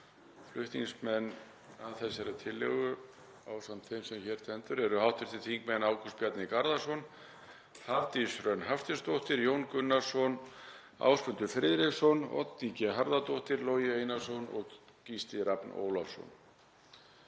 Flutningsmenn að þessari tillögu, ásamt þeim sem hér stendur, eru hv. þingmenn Ágúst Bjarni Garðarsson, Hafdís Hrönn Hafsteinsdóttir, Jón Gunnarsson, Ásmundur Friðriksson, Oddný G. Harðardóttir, Logi Einarsson og Gísli Rafn Ólafsson.